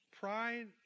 Pride